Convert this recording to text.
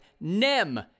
nem